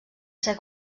ser